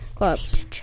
Clubs